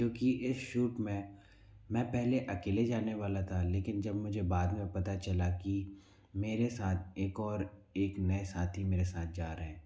क्योंकि इस शूट में मैं पहले अकेले जाने वाला था लेकिन जब मुझे बाद में पता चला कि मेरे साथ एक और एक नए साथी मेरे साथ जा रहे